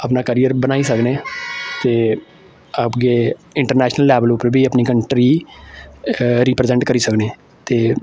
अपना कैरियर बनाई सकने ते इंटरनैशनल लेवल उप्पर बी अपनी कंट्री गी रिप्रजैंट करी सकने ते